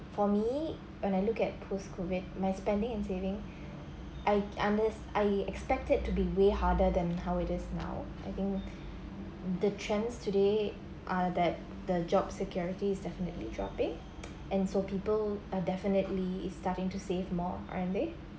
for me when I look at post COVID my spending and saving I unders~ I expect it to be way harder than how it is now I think the trends today are that the job security is definitely dropping and so people are definitely is starting to save more aren't they